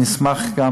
אני אשמח גם,